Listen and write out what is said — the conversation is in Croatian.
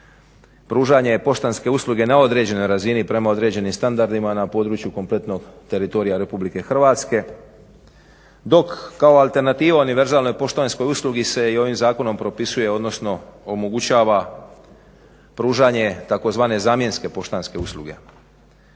pružanje poštanske usluge na određenoj razini prema određenim standardima na području kompletnog teritorija RH dok kao alternativa univerzalnoj poštanskoj usluzi se i ovim zakonom propisuje, odnosno omogućava pružanje tzv. zamjenske poštanske usluge.